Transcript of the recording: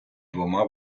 двома